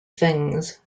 things